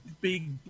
big